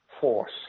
force